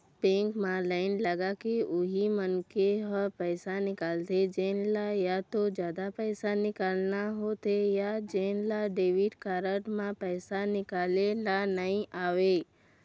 bank म line लगाके उही मनखे ह पइसा निकालथे जेन ल या तो जादा पइसा निकालना होथे या जेन ल डेबिट कारड म पइसा निकाले ल नइ आवय